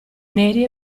neri